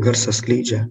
garsą skleidžia